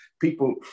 people